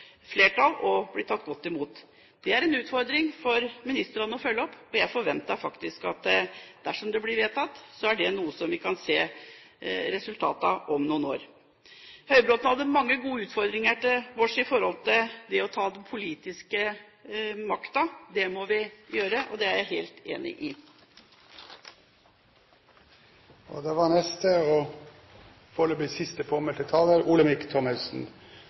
blir tatt godt imot og får flertall. Det er en utfordring for ministrene å følge dette opp, og jeg forventer at dersom forslaget blir vedtatt, vil det føre til noe som vi kan se resultatet av om noen år. Høybråten hadde mange gode utfordringer til oss med hensyn til å ta den politiske makten. Det må vi gjøre, og jeg helt enig